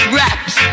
raps